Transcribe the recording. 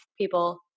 people